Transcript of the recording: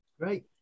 Great